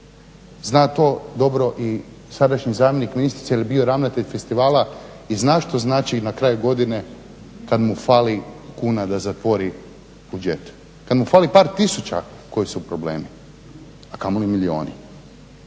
Zna to dobro i sadašnji zamjenik ministrice jer je bio ravnatelj festivala i zna što znači na kraju godine kad mu fali kuna da zatvori buđet, kad mu fali par tisuća, koji su problemi, a kamoli milijuni.